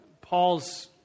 Paul's